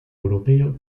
europeo